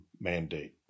mandate